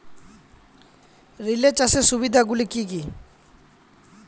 Relay চাষের সুবিধা গুলি কি কি?